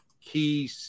key